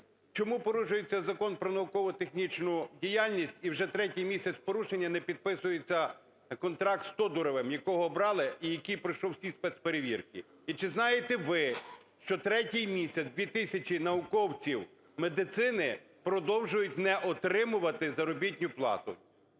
Чому порушується Закон про науково-технічну діяльність і вже третій місяць в порушення не підписується контракт сТодуровим, якого обрали і який пройшов всі спецперевірки? І чи знаєте ви, що третій місяць 2 тисячі науковців медицини продовжують не отримувати заробітну плату?